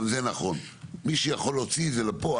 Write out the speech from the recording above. גם זה נכון, אבל מי שיכול להוציא את זה לפועל,